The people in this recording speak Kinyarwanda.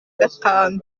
gatanu